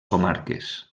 comarques